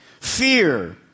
fear